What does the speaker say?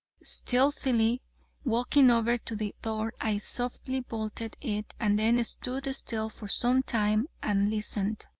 stealthily walking over to the door, i softly bolted it and then stood still for some time and listened.